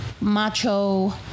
macho